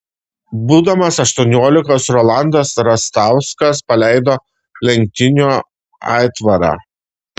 būdamas aštuoniolikos rolandas rastauskas paleido lenktynių aitvarą